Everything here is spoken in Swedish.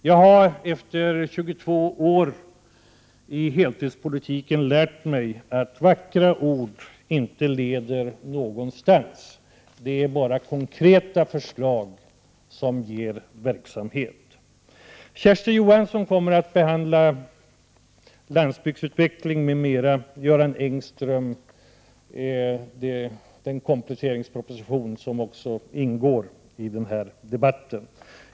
Jag har efter 22 år som heltidspolitiker lärt mig att vackra ord inte leder någonstans. Det är bara konkreta förslag som ger verksamhet. Kersti Johansson kommer att behandla landsbygdens utveckling och Göran Engström kompletteringspropositionen, som också ingår i denna debatt.